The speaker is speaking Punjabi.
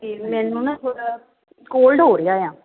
ਅਤੇ ਮੈਨੂੰ ਨਾ ਥੋੜ੍ਹਾ ਕੋਲਡ ਹੋ ਰਿਹਾ ਆ